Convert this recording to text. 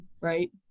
right